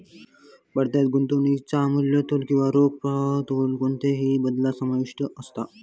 परताव्यात गुंतवणुकीच्या मूल्यातलो किंवा रोख प्रवाहातलो कोणतोही बदल समाविष्ट असता